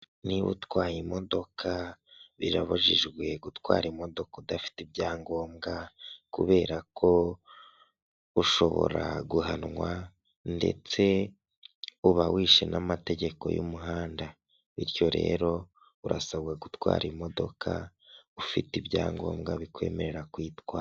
Niba utwaye imodoka, birabujijwe gutwara imodoka udafite ibyangombwa, kubera ko ushobora guhanwa ndetse uba wishe n'amategeko y'umuhanda. Bityo rero urasabwa gutwara imodoka ufite ibyangombwa bikwemerera kwitwara.